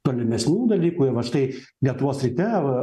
tolimesnių dalykų ir va štai lietuvos ryte